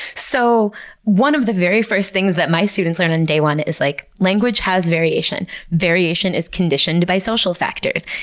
so one of the very first things that my students learn on day one is like language has variation. variation is conditioned by social factors.